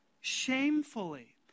Shamefully